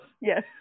Yes